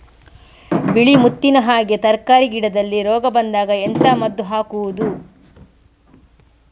ಬಿಳಿ ಮುತ್ತಿನ ಹಾಗೆ ತರ್ಕಾರಿ ಗಿಡದಲ್ಲಿ ರೋಗ ಬಂದಾಗ ಎಂತ ಮದ್ದು ಹಾಕುವುದು?